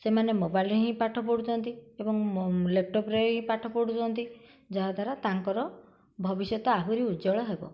ସେମାନେ ମୋବାଇଲ୍ରେ ହିଁ ପାଠ ପଢ଼ୁଛନ୍ତି ଏବଂ ଲ୍ୟାପଟପ୍ରେ ହିଁ ପାଠ ପଢ଼ୁଛନ୍ତି ଯାହାଦ୍ୱାରା ତାଙ୍କର ଭବିଷ୍ୟତ ଆହୁରି ଉଜ୍ୱଳ ହେବ